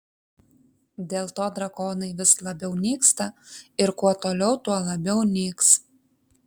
dėl to drakonai vis labiau nyksta ir kuo toliau tuo labiau nyks